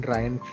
Ryan